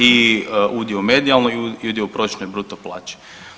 I udio u medijalnoj i udio u prosječnoj bruto plaći.